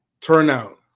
turnout